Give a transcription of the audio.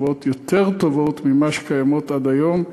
תשובות יותר טובות מאלה שקיימות עד היום.